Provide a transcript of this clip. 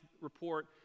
report